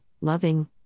loving